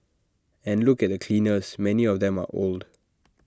and look at the cleaners many of them are old